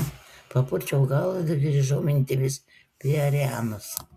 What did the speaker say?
papurčiau galvą ir grįžau mintimis prie arianos